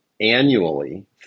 annually